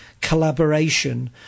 collaboration